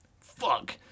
Fuck